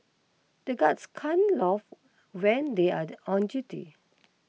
the guards can't laugh when they are on duty